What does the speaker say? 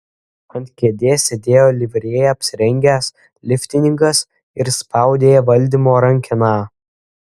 ant kėdės sėdėjo livrėja apsirengęs liftininkas ir spaudė valdymo rankeną